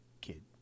kid